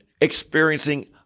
experiencing